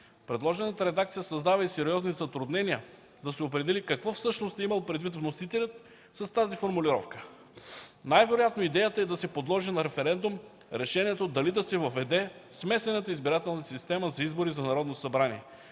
Предложената редакция създава и сериозни затруднения да се определи какво всъщност е имал предвид вносителят с тази формулировка. Най-вероятно идеята е да се подложи на референдум решението дали да се въведе смесената избирателна система за избори за